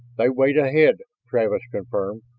they wait ahead, travis confirmed.